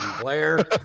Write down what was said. Blair